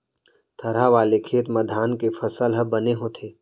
थरहा वाले खेत म धान के फसल ह बने होथे